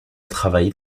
travailler